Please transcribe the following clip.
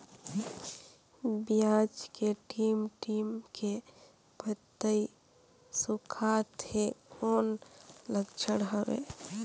पियाज के टीप टीप के पतई सुखात हे कौन लक्षण हवे?